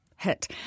hit